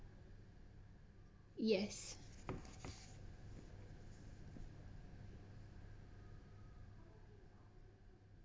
yes